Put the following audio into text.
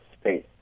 space